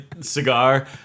cigar